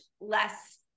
less